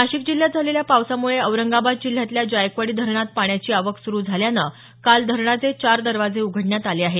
नाशिक जिल्ह्यात झालेल्या पावसामुळे औरंगाबाद जिल्ह्यातल्या जायकवाडी धरणात पाण्याची आवक सुरु झाल्यानं काल धरणाचे चार दरवाजे उघडण्यात आले आहेत